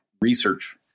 research